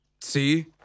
See